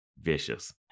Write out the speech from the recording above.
vicious